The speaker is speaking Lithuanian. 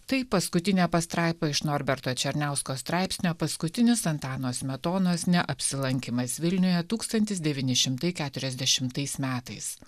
tai paskutinė pastraipa iš norberto černiausko straipsnio paskutinis antano smetonos neapsilankymas vilniuje tūkstantis devyni šimtai keturiasdešimais metais